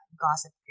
gossip